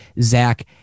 Zach